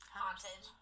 haunted